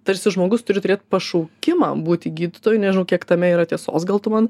tarsi žmogus turi turėt pašaukimą būti gydytoju nežinau kiek tame yra tiesos gal tu man